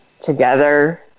together